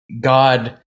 God